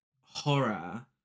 horror